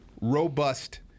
robust